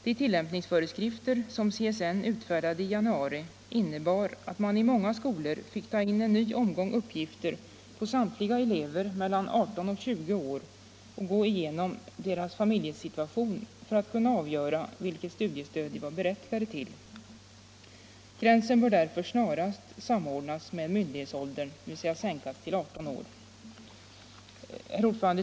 De tillämpningsföreskrifter som CSN utfärdade i januari innebar att man i många skolor fick ta in en ny omgång uppgifter på samtliga elever mellan 18 och 20 år och gå igenom deras familjesituation för att kunna avgöra vilket studiestöd de var berättigade till. Gränsen bör därför snarast samordnas med myndighetsåldern, dvs. sänkas till 18 år. Herr talman!